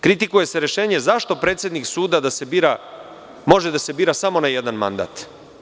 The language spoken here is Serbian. Kritikuje se rešenje - zašto predsednik suda može da se bira samo na jedan mandat?